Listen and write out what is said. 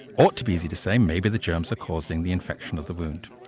ought to be easy to say maybe the germs are causing the infection of the wound.